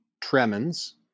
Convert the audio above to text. tremens